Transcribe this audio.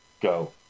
Go